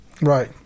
Right